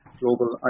global